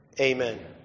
Amen